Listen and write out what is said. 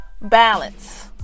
balance